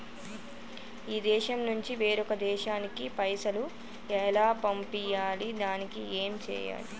ఈ దేశం నుంచి వేరొక దేశానికి పైసలు ఎలా పంపియ్యాలి? దానికి ఏం చేయాలి?